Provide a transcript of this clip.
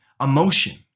emotion